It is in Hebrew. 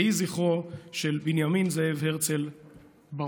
יהי זכרו של בנימין זאב הרצל ברוך.